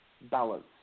balance